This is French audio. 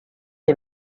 est